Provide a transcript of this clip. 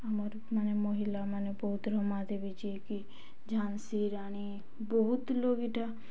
ଆମର ମାନେ ମହିଳାମାନେ ବୌଦ ରମାଦେବୀ ଯେକି ଝାନ୍ସି ରାଣୀ ବହୁତ ଲୋଗ ଏଇଟା